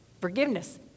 Forgiveness